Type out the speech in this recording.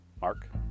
Mark